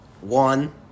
One